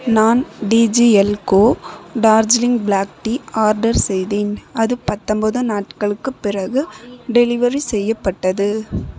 நான் டிஜியெல் கோ டார்ஜிலிங் பிளாக் டீ ஆர்டர் செய்தேன் அது பத்தொம்போது நாட்களுக்குப் பிறகு டெலிவரி செய்யப்பட்டது